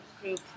group